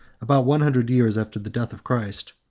about one hundred years after the death of christ.